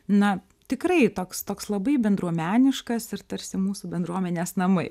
na tikrai toks toks labai bendruomeniškas ir tarsi mūsų bendruomenės namai